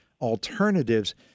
alternatives